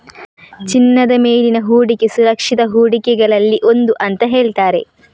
ಚಿನ್ನದ ಮೇಲಿನ ಹೂಡಿಕೆ ಸುರಕ್ಷಿತ ಹೂಡಿಕೆಗಳಲ್ಲಿ ಒಂದು ಅಂತ ಹೇಳ್ತಾರೆ